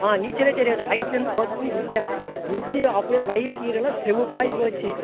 நீச்சலே தெரியாது ஹைட்லெருந்து பொத்துனு குதித்தேன் குதித்து அப்படே வயிறு கியிறெல்லாம் சிவப்பாயி போச்சு